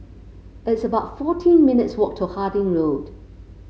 it's about fourteen minutes walk to Harding Road